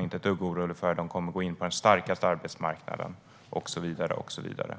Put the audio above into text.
inte är ett dugg orolig för dem som kommer nu. De kommer att gå in på den starkaste arbetsmarknaden och så vidare.